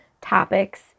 topics